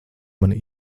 mani